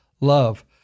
love